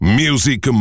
music